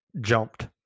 jumped